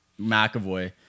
McAvoy